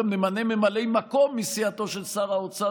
גם נמנה ממלאי מקום מסיעתו של שר האוצר,